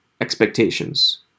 expectations